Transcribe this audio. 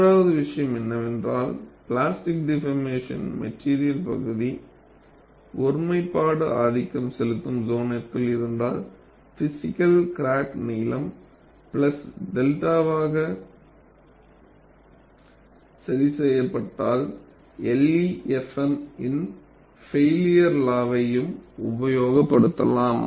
மூன்றாவது விசயம் என்னவென்றால் பிளாஸ்டிக் டிபார்மேசன் மெட்டீரியல் பகுதி ஒருமைப்பாடு ஆதிக்கம் செலுத்தும் சோனிற்குள் இருந்தால் பிஸிக்கல் கிராக் நீளம் பிளஸ் 𝚫வாக சரி செய்யப்பட்டால் LEFM இன் ஃபைல்லியர் லா வையும் உபயோகப்படுத்தலாம்